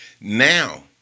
Now